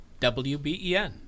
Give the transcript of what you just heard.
WBEN